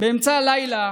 באמצע הלילה